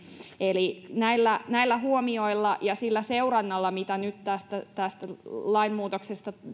eli näillä näillä huomioilla ja sillä seurannalla mitä nyt tästä tästä lainmuutoksesta